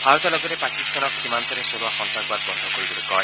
ভাৰতে লগতে পাকিস্তানক সীমান্তৰে চলোৱা সন্তাসবাদ বন্ধ কৰিবলৈ কয়